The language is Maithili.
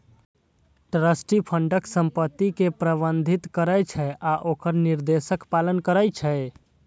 ट्रस्टी फंडक संपत्ति कें प्रबंधित करै छै आ ओकर निर्देशक पालन करै छै